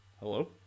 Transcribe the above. Hello